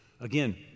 Again